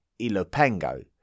Ilopango